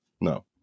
no